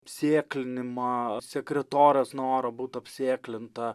sėklinimą sekretorės norą būt apsėklinta